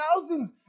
thousands